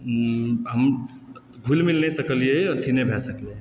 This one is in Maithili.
घुलि मिल नहि सकलियै हँ अथी नहि भए सकलियै हँ